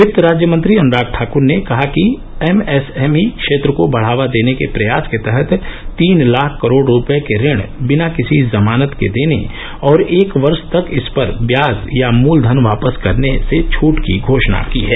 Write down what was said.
वित्त राज्य मंत्री अनुराग ठाक्र ने कहा कि एमएसएमई क्षेत्र को बढावा देने के प्रयास के तहत तीन लाख करोड़ रुपए के ऋण बिना किसी जमानत के देने और एक वर्ष तक इस पर व्याज या मूलधन वापस करने से छूट की घोषणा की है